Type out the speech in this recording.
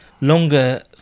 longer